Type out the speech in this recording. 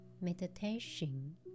meditation